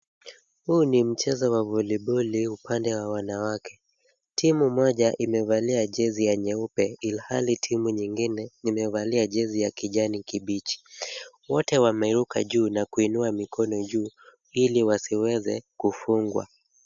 Huu ni mchezo wa voliboli upande wa wanawake. Timu moja imevalia jezi ya nyeupe ilhali timu nyingine imevalia jezi ya kijani kibichi. Wote wameruka juu na kuinua mikono juu ili wasiweze kufungwa.